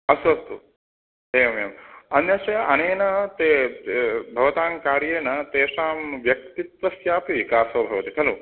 अस्तु अस्तु एवमेवम् अन्यस्य अनेन ते तद् भवतां कार्येण तेषां व्यक्तित्वस्यापि विकासो भवति खलु